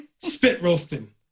Spit-roasting